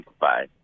Bye